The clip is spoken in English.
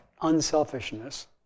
unselfishness